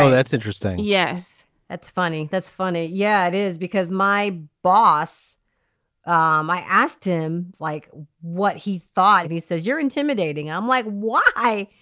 so that's interesting. yes that's funny that's funny. yeah it is because my boss um i asked him like what he thought. he says you're intimidating. i'm like why.